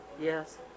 Yes